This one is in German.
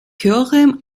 höherem